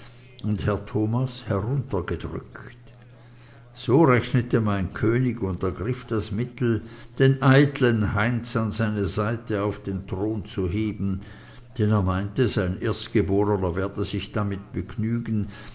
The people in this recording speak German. und herr thomas heruntergerückt so rechnete mein könig und ergriff das mittel den eiteln heinz an seine seite auf den thron zu heben denn er meinte sein erstgeborner werde sich damit begnügen